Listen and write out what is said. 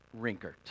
Rinkert